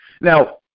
Now